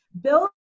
build